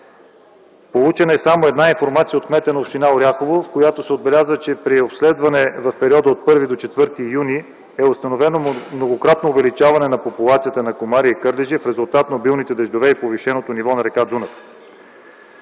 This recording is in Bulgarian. Получена е само една информация от кмета на община Оряхово, в която се отбелязва, че при обследване в периода от 1 до 4 юни т.г. е установено многократно увеличаване на популацията на комари и кърлежи в резултат на обилните дъждове и повишеното ниво на р. Дунав.